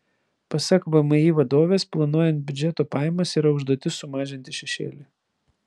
pasak vmi vadovės planuojant biudžeto pajamas yra užduotis sumažinti šešėlį